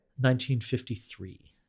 1953